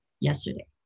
yesterday